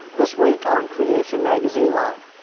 this week on creation magazine live!